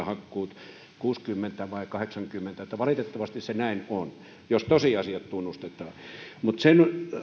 hakkuut kuusikymmentä tai kahdeksankymmentä valitettavasti se näin on jos tosiasiat tunnustetaan mutta se